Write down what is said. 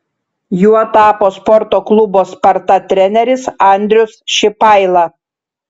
juo tapo sporto klubo sparta treneris andrius šipaila